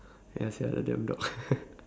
ya sia the damn dog